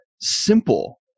simple